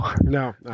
no